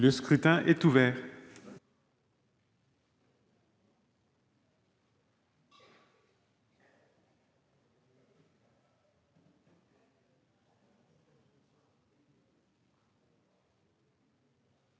Le scrutin est ouvert.